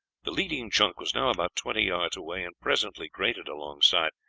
the leading junk was now about twenty yards away, and presently grated alongside.